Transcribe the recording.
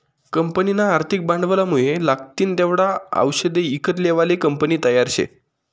कंपनीना आर्थिक भांडवलमुये लागतीन तेवढा आवषदे ईकत लेवाले कंपनी तयार शे